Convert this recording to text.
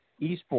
esports